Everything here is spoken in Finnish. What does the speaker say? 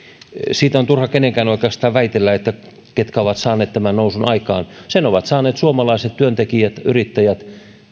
siitä on turha kenenkään oikeastaan väitellä ketkä ovat saaneet tämän nousun aikaan sen ovat saaneet aikaan suomalaiset työntekijät yrittäjät